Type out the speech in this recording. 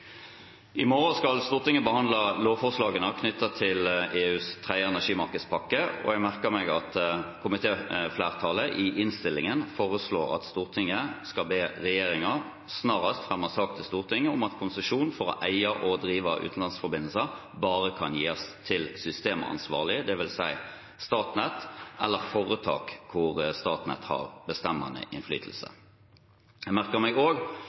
I morgen skal Stortinget behandle lovforslagene knyttet til EUs tredje energimarkedspakke, og jeg har merket meg at komitéflertallet i innstillingen foreslår at Stortinget skal be regjeringen snarest fremme sak til Stortinget om at konsesjon for å eie og drive utenlandsforbindelser bare kan gis til systemansvarlig, dvs. Statnett, eller foretak hvor Statnett har bestemmende innflytelse. Jeg har også merket meg